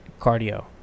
cardio